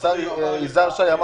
השר יזהר שי אמר